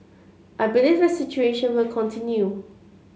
I believe the situation will continue